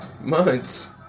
Months